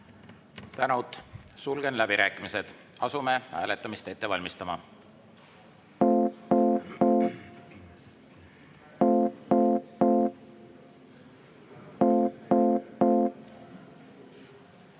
Tänud! Sulgen läbirääkimised. Asume hääletamist ette valmistama.